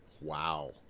Wow